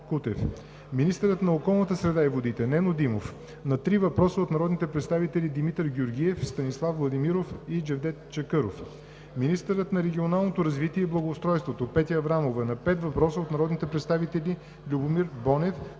министърът на околната среда и водите Нено Димов – на три въпроса от народните представители Димитър Георгиев; Станислав Владимиров; и Джевдет Чакъров; - министърът на регионалното развитие и благоустройството Петя Аврамова – на пет въпроса от народните представители Любомир Бонев;